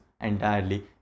entirely